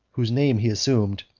whose name he assumed,